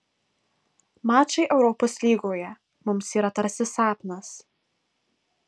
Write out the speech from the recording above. mačai europos lygoje mums yra tarsi sapnas